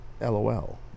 LOL